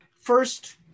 First